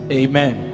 amen